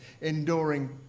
enduring